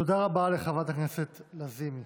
תודה רבה לחברת הכנסת לזימי.